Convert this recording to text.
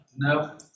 No